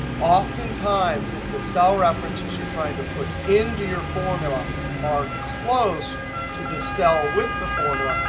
oftentimes, if the cell references you're trying to put into your formula are close to the cell with the formula,